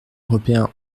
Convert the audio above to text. européen